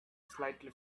slightly